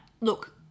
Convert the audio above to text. Look